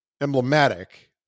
emblematic